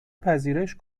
پذیرش